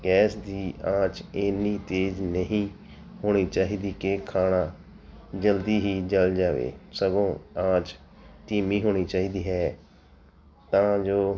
gas ਦੀ ਆਂਚ ਇੰਨੀ ਤੇਜ਼ ਨਹੀਂ ਹੋਣੀ ਚਾਹੀਦੀ ਕਿ ਖਾਣਾ ਜਲਦੀ ਹੀ ਜਲ ਜਾਵੇ ਸਗੋਂ ਆਂਚ ਧੀਮੀ ਹੋਣੀ ਚਾਹੀਦੀ ਹੈ ਤਾਂ ਜੋ